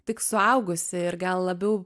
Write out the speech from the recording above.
tik suaugusi ir gal labiau